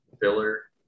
filler